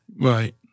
Right